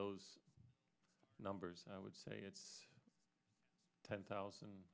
those numbers i would say it's ten thousand